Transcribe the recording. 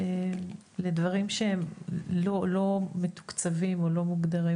אנחנו פונים לדברים שהם לא מתוקצבים או לא מוגדרים